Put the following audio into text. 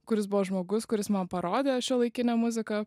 kuris buvo žmogus kuris man parodė šiuolaikinę muziką